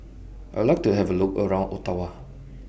I Would like to Have A Look around Ottawa